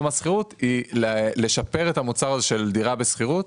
השכירות היא לשפר את המצב של דירה בשכירות,